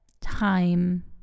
time